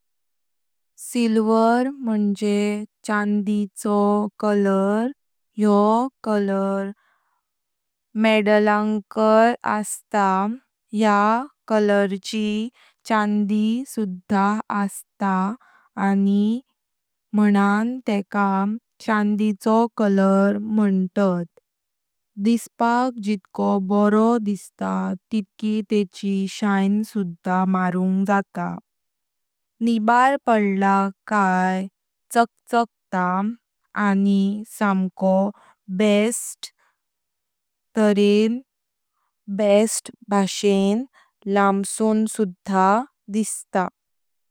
सिल्वर मुण्जे चांदी चो कलर यो कलर मेडलांगाय असता। या कलर ची चांदी सुधा असता मानं टेकां चांदी चो कलर मुन्तात। दिसपाक जितको बरो दिसता तितकी तेची शाइन सुधा मरुंग जाता। निबार पडला काए चकचकता अनि समको बेस्ट हेऱया भाषेण लांमसुन सुधा दिसता।